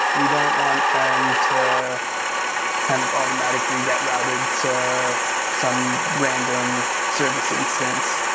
we don't want them to kind of automatically get routed to some random service instance.